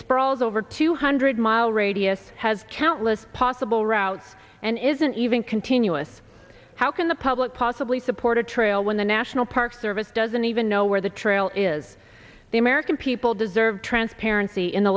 sprawls over two hundred mile radius has countless possible routes and isn't even continuous how can the public possibly support a trail when the national park service doesn't even know where the trail is the american people deserve transparency in the